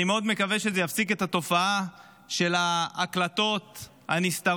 אני מאוד מקווה שזה יפסיק את התופעה של ההקלטות הנסתרות,